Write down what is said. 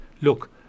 Look